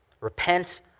Repent